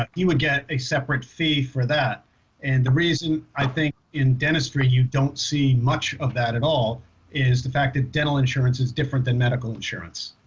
um he would get a separate fee for that and the reason i think in dentistry you don't see much of that at all is the fact that dental insurance is different than medical insurance.